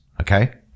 Okay